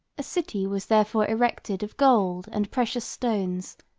a city was therefore erected of gold and precious stones,